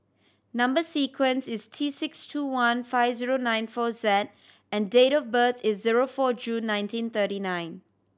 number sequence is T six two one five zero nine four Z and date of birth is zero four June nineteen thirty nine